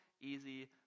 easy